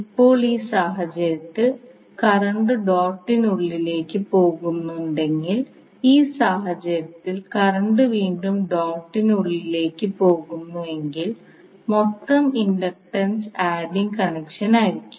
ഇപ്പോൾ ഈ സാഹചര്യത്തിൽ കറന്റ് ഡോട്ടിനുള്ളിലേക്ക് പോകുന്നുണ്ടെങ്കിൽ ഈ സാഹചര്യത്തിൽ കറന്റ് വീണ്ടും ഡോട്ട് ഉള്ളിലേക്ക് പോകുന്നുവെങ്കിൽ മൊത്തം ഇൻഡക്റ്റൻസ് ആഡിങ് കണക്ഷനായിരിക്കും